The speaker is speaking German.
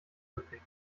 geprägt